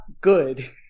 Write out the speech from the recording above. good